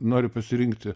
nori pasirinkti